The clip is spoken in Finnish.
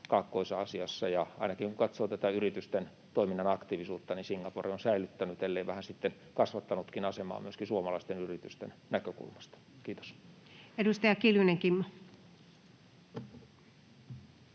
Kaakkois-Aasiassa. Ainakin kun katsoo tätä yritysten toiminnan aktiivisuutta, niin Singapore on säilyttänyt ellei vähän kasvattanutkin asemaa myöskin suomalaisten yritysten näkökulmasta. — Kiitos. Edustaja Kiljunen, Kimmo.